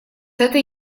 этой